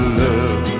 love